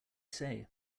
say